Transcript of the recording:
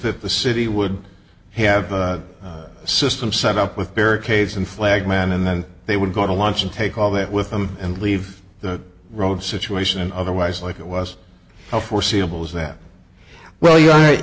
that the city would have a system set up with barricades and flagman and then they would go to lunch and take all that with them and leave the road situation and otherwise like it was foreseeable is that well you